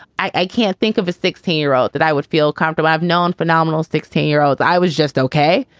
i can't think of a sixteen year old that i would feel comfortable. i've known phenomenal sixteen year olds. i was just ok.